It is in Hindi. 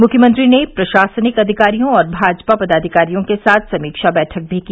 मुख्यमंत्री ने प्रशासनिक अधिकारियों और भाजपा पदाधिकारियों के साथ समीक्षा बैठक भी की